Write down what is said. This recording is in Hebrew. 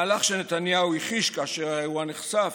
מהלך שנתניהו הכחיש כאשר האירוע נחשף,